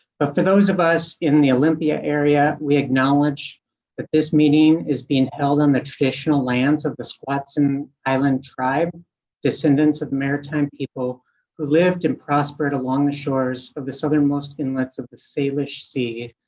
but for those of us in the olympia area, we acknowledge that this meeting is being held on the traditional lands of the squaxin island tribe descendants of maritime people who lived and prospered along the shores of the southernmost inlets of the salish sea,